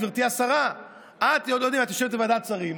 גברתי השרה, את יושבת בוועדת שרים,